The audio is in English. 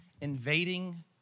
Invading